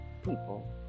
people